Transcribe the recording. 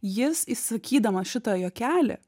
jis jis sakydamas šitą juokelį